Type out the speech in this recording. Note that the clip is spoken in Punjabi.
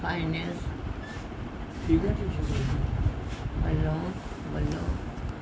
ਫਾਈਨੈਂਸ ਵੱਲੋਂ